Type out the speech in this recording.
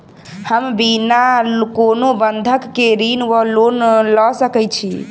हम बिना कोनो बंधक केँ ऋण वा लोन लऽ सकै छी?